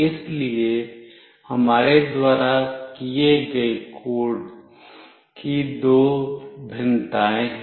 इसलिए हमारे द्वारा किए गए कोड की दो भिन्नताएं हैं